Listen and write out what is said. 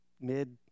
mid